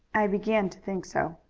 i began to think so.